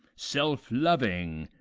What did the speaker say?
self-loving